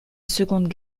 seconde